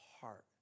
heart